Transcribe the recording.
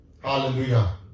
Hallelujah